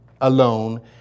alone